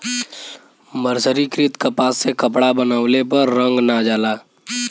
मर्सरीकृत कपास से कपड़ा बनवले पर रंग ना जाला